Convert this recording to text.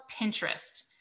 Pinterest